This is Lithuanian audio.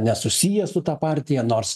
nesusiję su ta partija nors